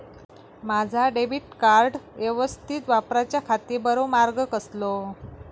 माजा debit card यवस्तीत वापराच्याखाती बरो मार्ग कसलो?